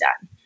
done